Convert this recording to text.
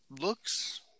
Looks